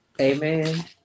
Amen